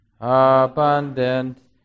abundant